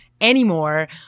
anymore